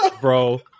bro